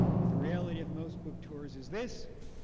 but the reality of most book tours is this,